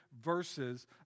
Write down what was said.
verses